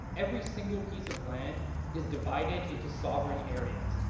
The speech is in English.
every single piece of land is divided into sovereign areas.